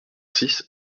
six